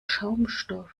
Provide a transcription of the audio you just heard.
schaumstoff